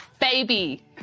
Baby